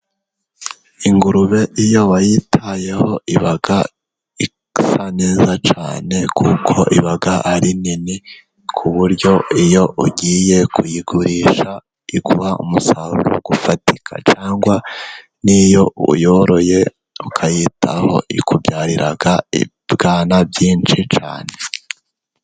Ingurube iyo wayitayeho iba ikura neza cyane, kuko iba ari nini ku buryo iyo ugiye kuyigurisha iguha umusaruro ufatika, cyangwa n'iyo uyoroye ukayitaho, ikubyarira ibibwana byinshi cyane.